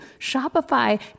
Shopify